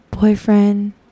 boyfriend